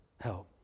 help